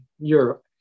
Europe